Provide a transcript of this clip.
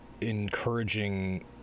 encouraging